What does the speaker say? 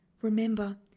Remember